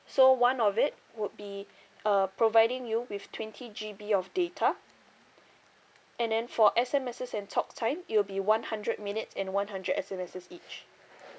so one of it would be uh providing you with twenty G_B of data and then for S_M_Ses and talk time it will be one hundred minutes and one hundred S_M_Ses each